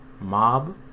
Mob